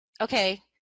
Okay